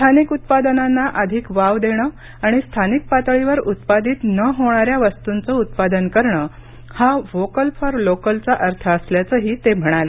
स्थानिक उत्पादनांना अधिक वाव देणं आणि स्थानिक पातळीवर उत्पादित न होणाऱ्या वस्तूंचं उत्पादन करणं हा व्होकल फॉर लोकल चा अर्थ असल्याचंही ते म्हणाले